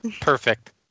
Perfect